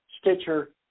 Stitcher